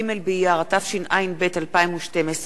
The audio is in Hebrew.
כ"ג באייר התשע"ב, 2012,